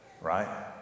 right